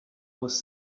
was